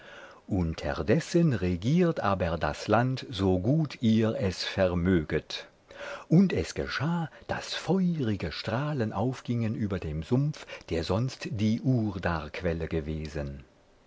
unterdessen regiert aber das land so gut ihr es vermöget und es geschah daß feurige strahlen aufgingen über dem sumpf der sonst die urdarquelle gewesen